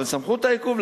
אבל סמכות העיכוב.